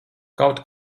kaut